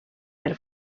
per